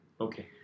Okay